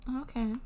Okay